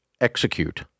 execute